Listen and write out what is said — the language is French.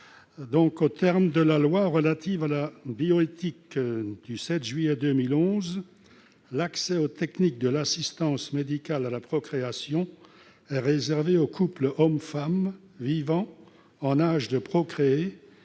Aux termes de la loi relative à la bioéthique du 7 juillet 2011, l'accès aux techniques de l'assistance médicale à la procréation (AMP) est réservé aux couples homme-femme, vivants, en âge de procréer,